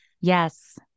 Yes